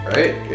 Right